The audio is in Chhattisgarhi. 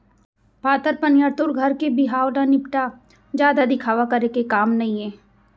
पातर पनियर तोर घर के बिहाव ल निपटा, जादा दिखावा करे के काम नइये